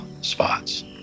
spots